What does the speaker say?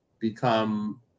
become